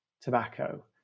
tobacco